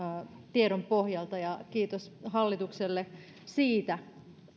tiedon pohjalta ja kiitos hallitukselle siitä